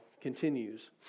continues